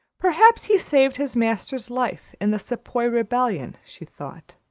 perhaps he saved his master's life in the sepoy rebellion, she thought.